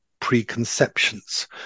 preconceptions